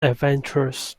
adventurous